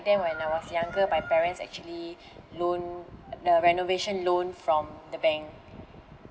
then when I was younger my parents actually loan the renovation loan from the bank